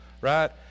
right